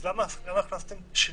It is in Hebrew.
אז למה הכנסתם שינויים?